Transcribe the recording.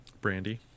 Brandy